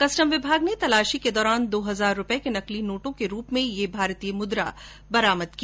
custom विभाग ने तलाशी के दौरान दो हजार रूपये के नकली नोटों के रूप में ये भारतीय मुद्रा बरामद की